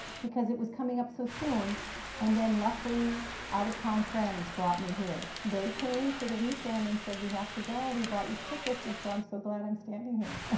because it was coming up so soon and then luckily out of town friends brought me here. they came for the weekend and said we have to go we bought you tickets and so i'm so glad i'm standing here.